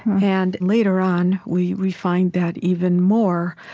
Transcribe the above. and later on, we refined that even more,